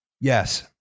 Yes